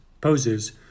poses